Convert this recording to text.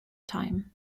time